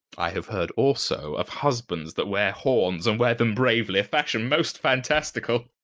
i have heard also of husbands that wear horns, and wear them bravely, a fashion most fantastical.